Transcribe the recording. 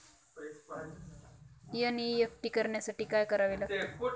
NEFT करण्यासाठी काय करावे लागते?